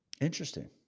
Interesting